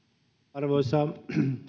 arvoisa